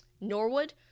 Norwood